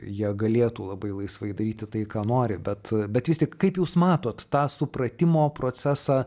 jie galėtų labai laisvai daryti tai ką nori bet bet vis tik kaip jūs matot tą supratimo procesą